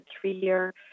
three-year